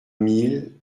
mille